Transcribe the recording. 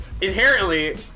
inherently